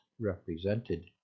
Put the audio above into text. represented